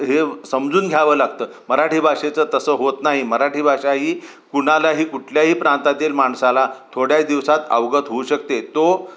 हे समजून घ्यावं लागतं मराठी भाषेचं तसं होत नाही मराठी भाषा ही कुणालाही कुठल्याही प्रांतातील माणसाला थोड्या दिवसात अवगत होऊ शकते तो